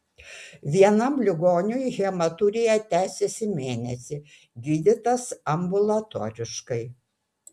vienam ligoniui hematurija tęsėsi mėnesį gydytas ambulatoriškai